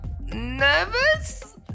nervous